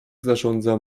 zarządza